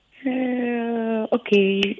Okay